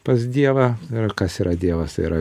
pas dievą ir kas yra dievas yra